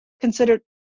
considered